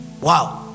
Wow